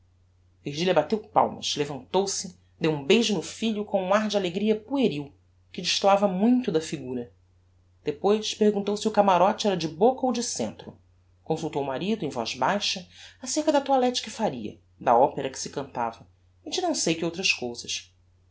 virgilia bateu palmas levantou-se deu um beijo no filho com um ar de alegria pueril que destoava muito da figura depois perguntou se o camarote era de boca ou do centro consultou o marido em voz baixa acerca da toilette que faria da opera que se cantava e de não sei que outras cousas